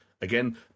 again